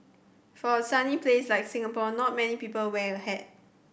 for a sunny place like Singapore not many people wear a hat